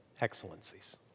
excellencies